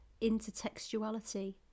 intertextuality